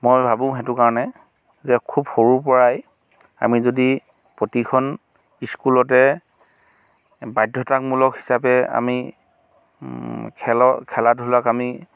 মই ভাবোঁ সেইটো কাৰণে যে খুব সৰুৰ পৰাই আমি যদি প্ৰতিখন ইস্কুলতে বাধ্যতামূলক হিচাপে আমি খেলক খেলা ধূলাক আমি